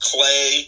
Clay